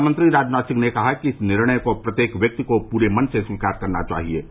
रक्षामंत्री राजनाथ सिंह ने कहा कि इस निर्णय को प्रत्येक व्यक्ति को पूरे मन से स्वीकार करना चाहिए